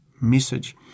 message